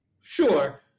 Sure